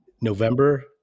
November